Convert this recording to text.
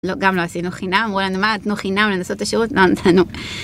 ‫גם לא עשינו חינם, אמרו לנו, ‫מה, תנו חינם לנסות את השירות? ‫לא נתנו.